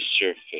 surface